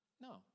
No